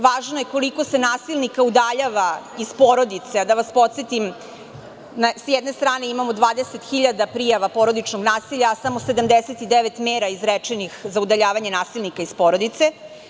Važno je koliko se nasilnika udaljava iz porodice, a da vas podsetim, sa jedne strane imamo 20.000 prijava porodičnog nasilja, a samo 79 izrečenih mera za udaljavanje nasilnika iz porodice.